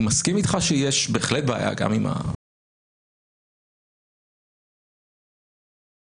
אין בית משפט בעולם שהיה מוציא צו לדיון בנבצרות של ראש ממשלה.